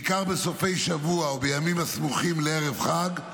בעיקר בסופי השבוע ובימים הסמוכים לערב חג,